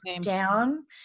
down